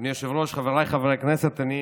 אדוני היושב-ראש, חבריי חברי הכנסת, אני